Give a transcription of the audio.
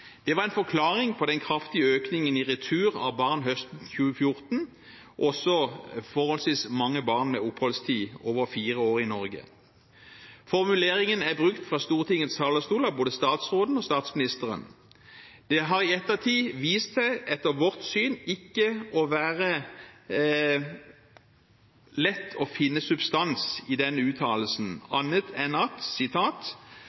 forklaring på den kraftige økningen i retur av barn høsten 2014, også forholdsvis mange barn med oppholdstid over fire år i Norge. Formuleringen er brukt fra Stortingets talerstol av både statsråden og statsministeren. Etter vårt syn har det i ettertid vist seg ikke å være lett å finne substans i denne uttalelsen, annet enn